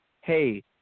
hey